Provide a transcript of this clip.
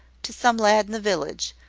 to some lad in the village,